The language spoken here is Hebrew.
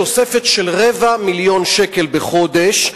תוספת של רבע מיליון שקל בחודש,